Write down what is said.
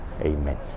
Amen